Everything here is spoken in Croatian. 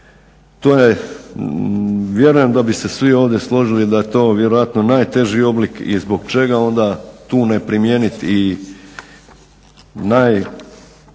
to vjerujem da bi se svi ovdje složili da je to vjerojatno najteži oblik i zbog čega onda tu ne primijeniti i najdrastičniju